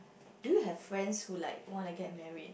do you have friends who like wanna get married